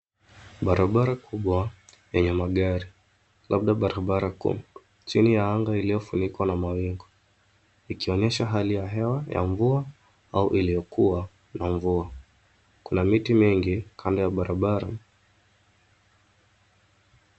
Barabara kubwa yenye magari, labda barabara kuu. Chini ya anga iliyofunikwa na mawingu ikionyesha hali ya hewa ya mvua au iliyokuwa na mvua. Kuna miti mingi kando ya barabara.